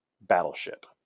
battleship